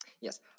Yes